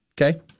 Okay